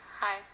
Hi